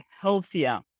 healthier